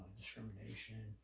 discrimination